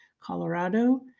Colorado